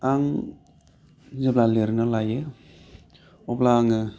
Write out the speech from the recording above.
आं जेब्ला लिरनो लायो अब्ला आङो